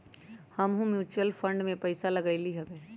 हमहुँ mutual fund में पइसा लगइली हबे